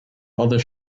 other